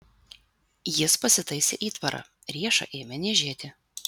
jis pasitaisė įtvarą riešą ėmė niežėti